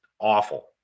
awful